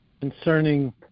concerning